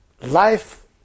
life